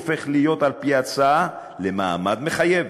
הופך להיות על-פי ההצעה למעמד מחייב.